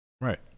Right